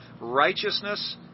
Righteousness